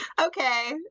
okay